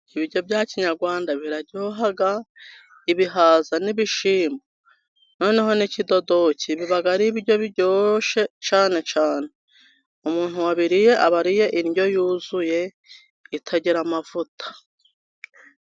Ibiryo bya kinyarwanda biraryoha, ibihaza n'ibishyimbo noneho n'ikidodoki, biba ari ibiryo biryoshye cyane cyane, umuntu wabiriye, aba ariye indyo yuzuye, itagira amavuta.